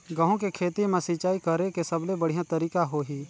गंहू के खेती मां सिंचाई करेके सबले बढ़िया तरीका होही?